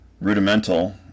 Rudimental